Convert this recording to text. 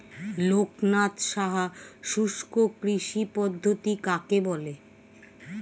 লোকনাথ সাহা শুষ্ককৃষি পদ্ধতি কাকে বলে?